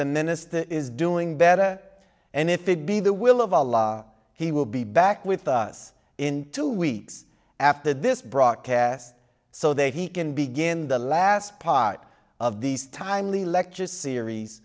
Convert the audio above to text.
the minister is doing better and if it be the will of allah he will be back with us in two weeks after this broadcast so that he can begin the last pot of these timely lectures series